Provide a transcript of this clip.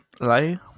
lay